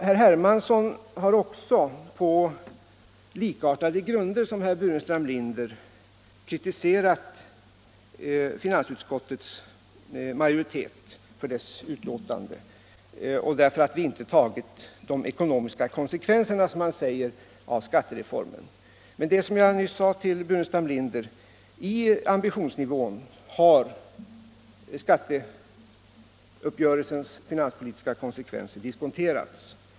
Herr Hermansson har på likartade grunder kritiserat finansutskottets majoritet för dess betänkande och därför att vi inte, som han säger, tagit de ekonomiska konsekvenserna av skattereformen. Men det är som jag nyss sade till herr Burenstam Linder: i ambitionsnivån har skatteuppgörelsens finanspolitiska konsekvenser diskonterats.